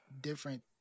different